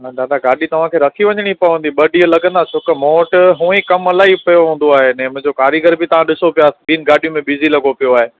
न दादा गाॾी तव्हांखे रखी वञणी पवंदी ॿ ॾींहं लॻंदा छो की मूं वटि हूअं ई कम इलाही पियो हूंदो आहे अने मुंहिंजो कारीगर बि तव्हां ॾिसो पिया ॿिनि गाॾियुंनि में बिज़ी लॻो पियो आहे